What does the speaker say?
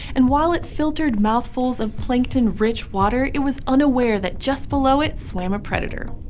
and while it filtered mouthfuls of plankton-rich water, it was unaware that just below it swam a predator.